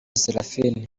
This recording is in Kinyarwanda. seraphine